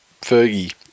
Fergie